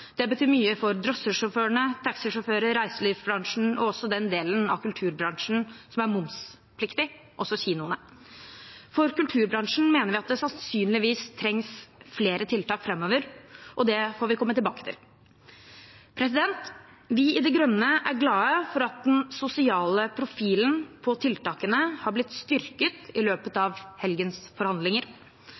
Det betyr mye for drosjesjåførene, reiselivsbransjen og den delen av kulturbransjen som er momspliktig, også kinoene. For kulturbransjen mener vi at det sannsynligvis trengs flere tiltak framover, og det får vi komme tilbake til. Vi i De Grønne er glad for at den sosiale profilen på tiltakene har blitt styrket i løpet av helgens forhandlinger.